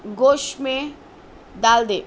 گوشت میں ڈال دے